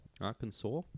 Arkansas